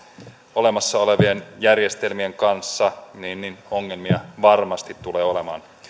olemassa olevien järjestelmien kanssa niin ongelmia varmasti tulee olemaan